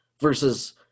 versus